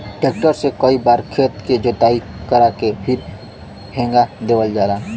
tractor से कई बार खेत के जोताई करा के फिर हेंगा देवल जाला